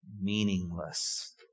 meaningless